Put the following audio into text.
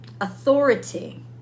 Authority